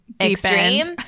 extreme